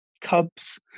Cubs